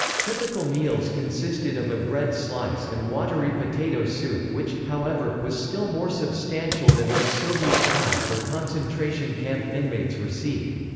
typical meals consisted of a bread slice and watery potato soup which, however, was still more substantial than what soviet pows or concentration camp inmates received.